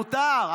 מותר,